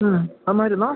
ആ മരുന്നോ